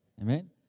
Amen